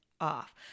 off